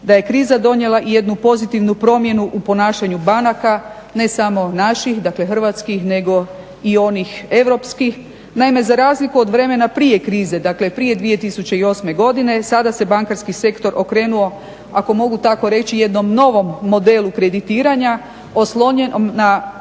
da je kriza donijela i jednu pozitivnu promjenu u ponašanju banaka, ne samo naših dakle hrvatskih nego i onih europskih. Naime za razliku od vremena prije krize, dakle prije 2008.godine sada se bankarski sektor okrenuo ako mogu tako reći jednom novom modelu kreditiranja oslonjen na